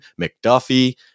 McDuffie